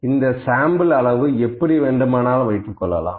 இந்த சாம்பிள் அளவு எப்படி வேண்டுமானாலும் வைத்துக்கொள்ளலாம்